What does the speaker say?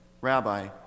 rabbi